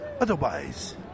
Otherwise